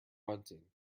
bunting